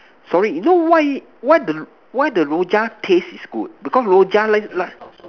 sorry you know why why the why the Rojak taste is good because Rojak like last